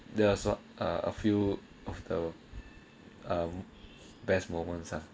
there are also a few of the best moments ah